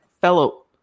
fellow